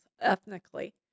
ethnically